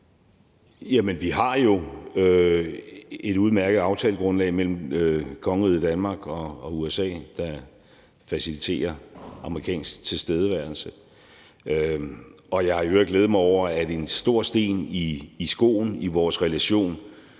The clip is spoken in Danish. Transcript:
vi har jo et udmærket aftalegrundlag mellem kongeriget Danmark og USA, der faciliterer amerikansk tilstedeværelse, og jeg har i øvrigt glædet mig over, at en stor sten i skoen i vores relation,